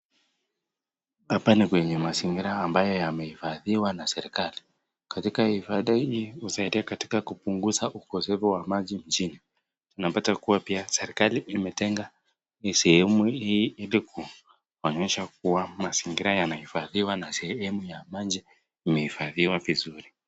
Hapa ni kwenye mazingira ambayo yameifadhiwa na serikali. Katika ifadhi hii husaidia katika kupunguza ukosefu wa maji nchini. Unapata pia kuwa serikali imetenga sehemu hii ili kuonyesha kuwa mazingira inaifadhiwa na sehemu ya maji imeifadhiwa vizuri.